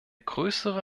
größere